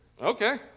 okay